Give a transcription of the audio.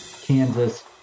Kansas